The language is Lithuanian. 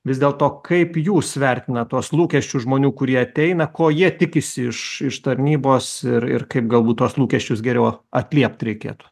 vis dėlto kaip jūs vertinat tuos lūkesčius žmonių kurie ateina ko jie tikisi iš tarnybos ir ir kaip galbūt tuos lūkesčius geriau atliept reikėtų